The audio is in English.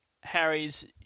Harry's